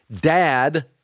Dad